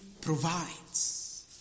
provides